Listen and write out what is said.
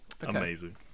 Amazing